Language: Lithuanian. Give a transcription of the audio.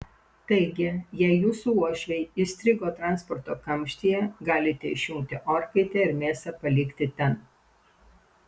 taigi jei jūsų uošviai įstrigo transporto kamštyje galite išjungti orkaitę ir mėsą palikti ten